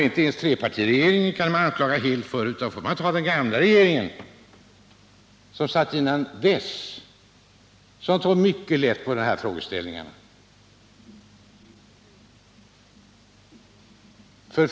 Inte ens trepartiregeringen kan man anklaga helt för detta, utan det var den gamla regeringen, som satt innan dess, som tog mycket lätt på dessa frågeställningar.